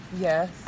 Yes